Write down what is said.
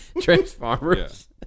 Transformers